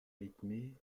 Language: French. rythmée